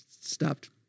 stopped